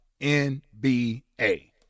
NBA